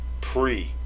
pre